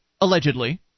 allegedly